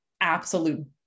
absolute